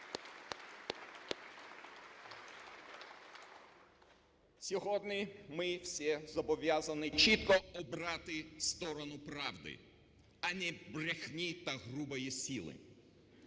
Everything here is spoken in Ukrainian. Сьогодні ми всі зобов'язані чітко обрати сторону правди, а не брехні та грубої сили.